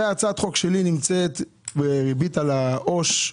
הצעת חוק שלי נמצאת בריבית על העו"ש,